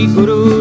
Guru